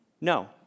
No